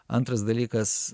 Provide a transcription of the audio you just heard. antras dalykas